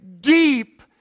deep